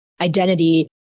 identity